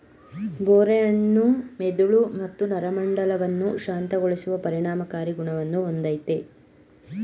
ಬೋರೆ ಹಣ್ಣು ಮೆದುಳು ಮತ್ತು ನರಮಂಡಲವನ್ನು ಶಾಂತಗೊಳಿಸುವ ಪರಿಣಾಮಕಾರಿ ಗುಣವನ್ನು ಹೊಂದಯ್ತೆ